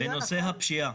בנושא הפשיעה,